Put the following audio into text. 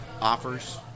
offers